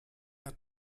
hat